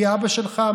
מי אבא שלך,